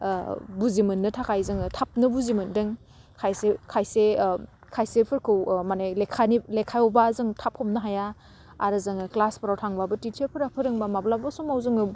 ओह बुजि मोन्नो थाखाय जोङो थाबनो बुजि मोनदों खायसे खायसे ओह खायसेफोरखौ ओह माने लेखानि लेखायावबा जों थाब हमनो हाया आरो जोङो क्लासफोराव थांबाबो टिचारफोरा फोरोंबा माब्लाबा समाव जोङो